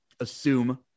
assume